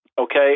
okay